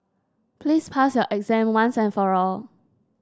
please pass your exam once and for all